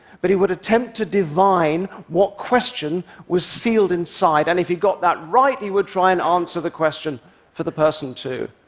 but he would attempt to divine what question was sealed inside. and if he got that right, he would try and answer the question for the person too.